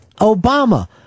Obama